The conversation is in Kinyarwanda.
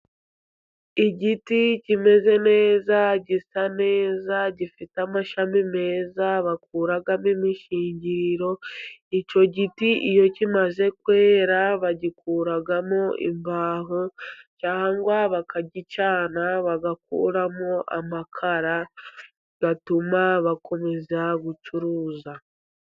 Igiti kimeze neza gisa neza gifite amashami meza bakuramo imishingiriro , icyo giti iyo kimaze kwera bagikuramo imbaho ,cyangwa bakagicana bagakuramo amakara, gatuma bakomeza gucuruza.